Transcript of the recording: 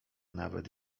nawet